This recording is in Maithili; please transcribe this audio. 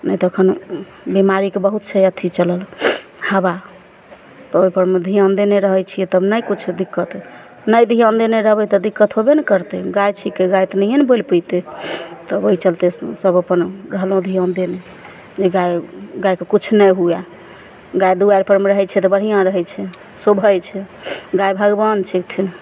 नहि तऽ फेन बीमारीके बहुत छै अथी चलल हवा ओहोपर मे ध्यान देने रहय छियै तब नहि कुच्छो दिक्कत नहि ध्यान देने रहबय तऽ दिक्कत होबे नहि करतय गाय छिकै गाय तऽ नहियेँ ने बोलि पेतय तऽ ओइचलते सब अपन रहलहुँ ध्यान देने जे गाय गायके किछु नहि हुअए गाय दुआरि परमे रहय छै तऽ बढ़िआँ रहय छै शोभय छै गाय भगवान छिकथिन